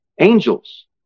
Angels